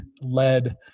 led